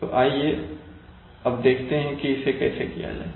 तो आइए अब देखते हैं कि इसे कैसे किया जाए